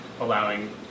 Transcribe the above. allowing